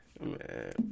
man